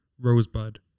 Rosebud